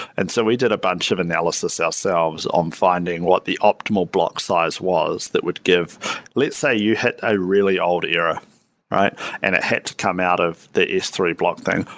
and so we did a bunch of analysis ourselves on finding what the optimal block size was that would give let's say you had a really old error and it had to come out of the s three block thing.